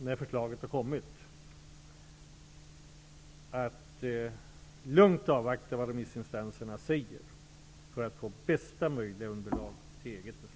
När förslaget lagts fram lovar jag att lugnt avvakta remissinstansernas svar för att få bästa möjliga underlag till eget beslut.